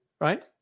right